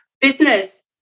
Business